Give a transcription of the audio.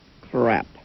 crap